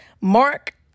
Mark